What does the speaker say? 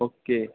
okay